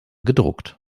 gedruckt